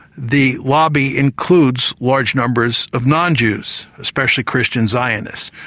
the lobby includes large numbers of non-jews, especially christian zionists,